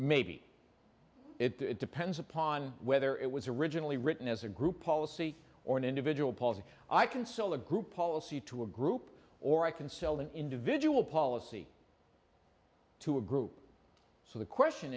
maybe it depends upon whether it was originally written as a group policy or an individual policy i can sell a group policy to a group or i can sell an individual policy to a group so the question